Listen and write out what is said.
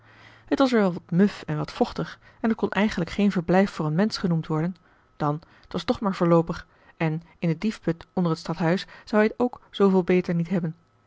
het was er wel wat muf en wat vochtig en het kon eigenlijk geen verblijf voor een mensch genoemd worden dan t was toch maar voorloopig en in den diefput onder t stadhuis zou hij het ook zooveel beter niet hebben